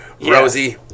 Rosie